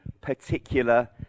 particular